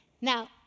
Now